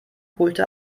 holte